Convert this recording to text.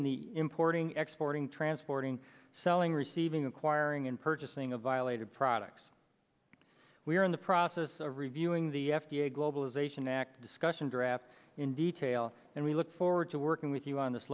in the importing exploiting transporting selling receiving acquiring and purchasing of violated products we are in the process of reviewing the f d a globalization act discussion draft in detail and we look forward to working with you on this